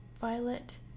violet